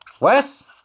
Wes